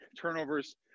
turnovers